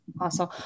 Awesome